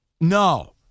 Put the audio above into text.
No